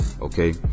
okay